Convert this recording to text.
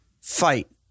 fight